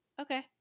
okay